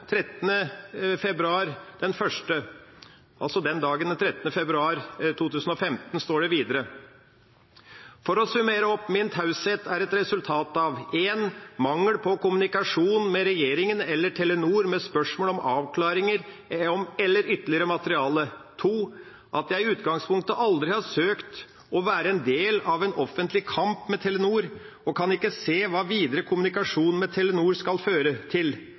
13. februar 2015, den første, står det videre: «For å summere opp: Min taushet er et resultat av 1) Mangel på kommunikasjon med regjeringen eller Telenor med spørsmål om avklaringer eller ytterligere materiale, 2) at jeg i utgangspunktet aldri har søkt å være en del av en offentlig kamp med Telenor og ikke kan se hva videre kommunikasjon med Telenor skal føre til